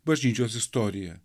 bažnyčios istorija